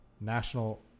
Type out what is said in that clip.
National